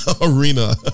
arena